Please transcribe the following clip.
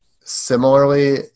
similarly